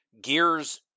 Gears